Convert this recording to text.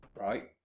right